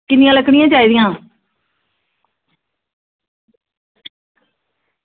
किन्नियां लकड़ियां चाही दियां